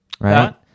Right